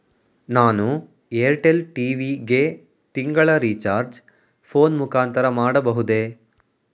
ನಾನು Airtel TV ಗೆ ತಿಂಗಳ ರಿಚಾರ್ಜ್ ಫೋನ್ ಮುಖಾಂತರ ಮಾಡಬಹುದೇ?